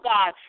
God